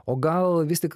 o gal vis tik